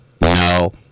No